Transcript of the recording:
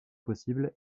possible